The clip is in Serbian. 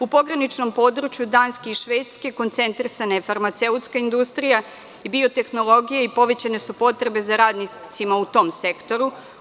U pograničnom području Danske i Švedske, koncentrisana je farmaceutska industrija i biotehnologija i povećane su potrebe za radnicima u tom sektoru.